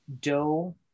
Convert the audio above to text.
Doe